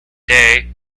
day